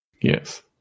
Yes